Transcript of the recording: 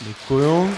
Děkuji.